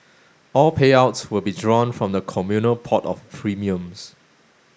all payouts will be drawn from the communal pot of premiums